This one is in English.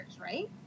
right